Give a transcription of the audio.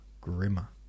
grimmer